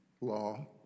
law